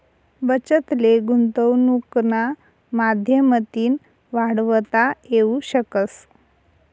बचत ले गुंतवनुकना माध्यमतीन वाढवता येवू शकस